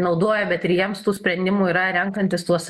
naudoja bet ir jiems tų sprendimų yra renkantis tuos